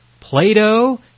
Plato